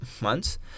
months